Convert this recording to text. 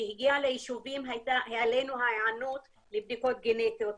הגיעה ליישובים העלינו את ההיענות לבדיקות גנטיות.